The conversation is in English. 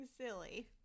silly